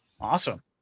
awesome